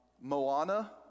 Moana